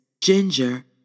ginger